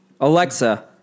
Alexa